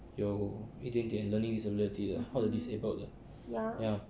有一点点 learning disability 的或者 disabled 的 ya